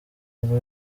ubwo